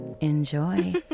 enjoy